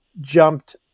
jumped